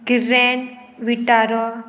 grand Vitara